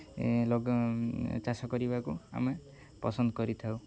ଲଗାଉଁ ଚାଷ କରିବାକୁ ଆମେ ପସନ୍ଦ କରିଥାଉ